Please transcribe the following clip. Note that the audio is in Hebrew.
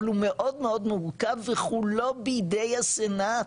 אבל הוא מאוד מאוד מורכב וכולו בידי הסנאט.